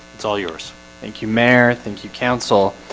it's all yours thank you mayor thank you council